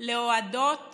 להועדות